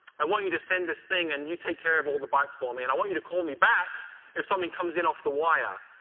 i want you to send this thing. and you take care of all the bytes for me. and i want you to call me back if something comes in off the wire.